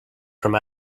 from